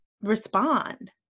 respond